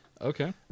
Okay